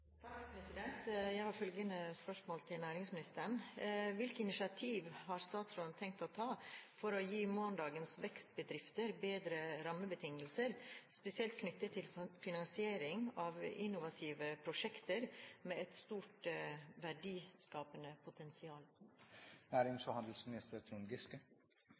Jeg har følgende spørsmål til næringsministeren: «Hvilke initiativ har statsråden tenkt å ta for å gi morgendagens vekstbedrifter bedre rammebetingelser, spesielt knyttet til finansiering av innovative prosjekter med et stort verdiskapende potensial?»